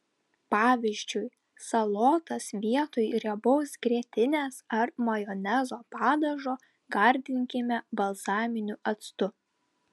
pavyzdžiui salotas vietoj riebaus grietinės ar majonezo padažo gardinkime balzaminiu actu